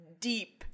deep